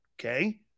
okay